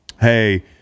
hey